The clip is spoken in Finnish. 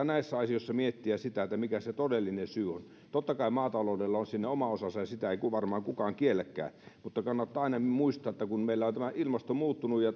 näissä asioissa miettiä sitä mikä se todellinen syy on totta kai maataloudella on siinä oma osansa ja sitä ei varmaan kukaan kielläkään mutta kannattaa aina muistaa että meillä on tämä ilmasto muuttunut ja